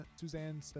Suzanne